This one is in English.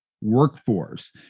workforce